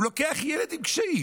הוא לוקח ילד עם קשיים